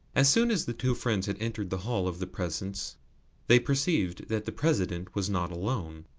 as soon as the two friends had entered the hall of the presence they perceived that the president was not alone,